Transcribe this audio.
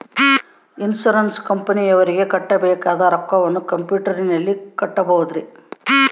Insurance ಕಂಪನಿಯವರಿಗೆ ಕಟ್ಟಬೇಕಾದ ರೊಕ್ಕವನ್ನು ಕಂಪ್ಯೂಟರನಲ್ಲಿ ಕಟ್ಟಬಹುದ್ರಿ?